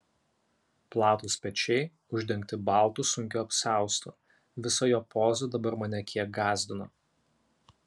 platūs pečiai uždengti baltu sunkiu apsiaustu visa jo poza dabar mane kiek gąsdino